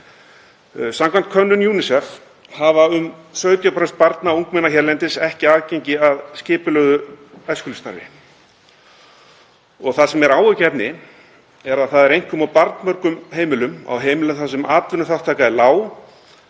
Samkvæmt könnun UNICEF hafa um 17% barna og ungmenna hérlendis ekki aðgengi að skipulögðu æskulýðsstarfi og það sem er áhyggjuefni er að það er einkum á barnmörgum heimilum, á heimilum þar sem atvinnuþátttaka er lág